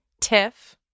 Tiff